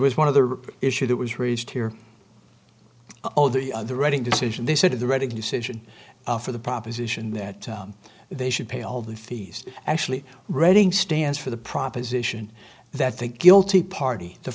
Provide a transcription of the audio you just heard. was one of the issue that was raised here oh the reading decision they said the reading decision for the proposition that they should pay all the fees actually reading stands for the proposition that the guilty party the